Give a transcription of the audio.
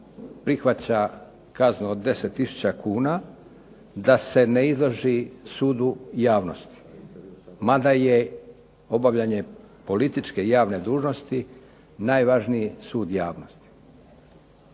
prihvaća kaznu od 10 tisuća kuna da se ne izloži sudu javnosti. Mada je obavljanje političke javne dužnosti najvažniji sud javnosti.